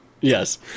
Yes